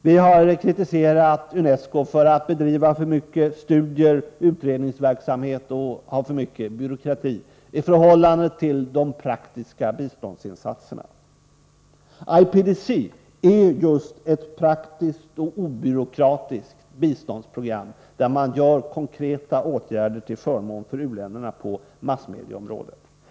Vi har kritiserat UNESCO för att bedriva alltför mycket studier och utredningsverksamhet och för att ha för mycket byråkrati i förhållande till de praktiska biståndsinsatserna. IPDC är just ett praktiskt och obyråkratiskt biståndsprogram, där man vidtar konkreta åtgärder till förmån för u-länderna på massmedieområdet.